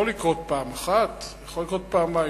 יכול לקרות פעם אחת, יכול לקרות פעמיים.